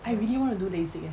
I really want to do LASIK eh